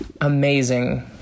amazing